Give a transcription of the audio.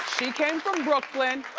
she came from brooklyn.